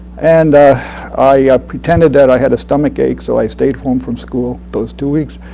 and i pretended that i had a stomachache, so i stayed home from school those two weeks.